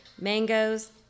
Mangoes